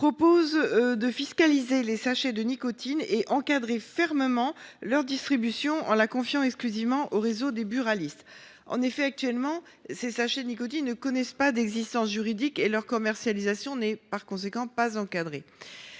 tend à fiscaliser les sachets de nicotine et à encadrer fermement leur distribution, en la confiant exclusivement au réseau des buralistes. En effet, actuellement, ces sachets n’ont pas d’existence juridique et leur commercialisation n’est, par conséquent, pas encadrée.